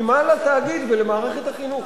כי מה לתאגיד ולמערכת החינוך.